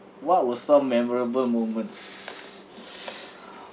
what was from memorable moments